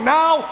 now